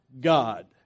God